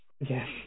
Yes